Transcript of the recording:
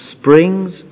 springs